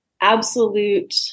absolute